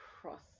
cross